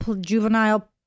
juvenile